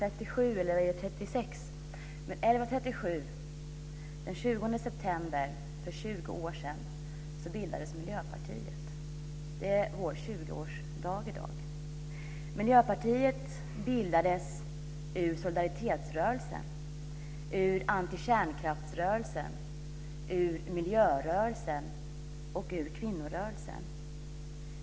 11.37, den 20 september för 20 år sedan bildades Miljöpartiet. Det är Miljöpartiets 20 årsdag i dag. Miljöpartiet bildades av människor från solidaritetsrörelsen, antikärnkraftsrörelsen, miljörörelsen och kvinnorörelsen.